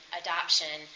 adoption